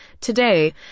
Today